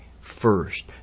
first